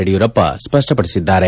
ಯಡಿಯೂರಪ್ಪ ಸ್ಪಷ್ಟಪಡಿಸಿದ್ದಾರೆ